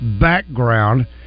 background